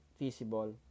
feasible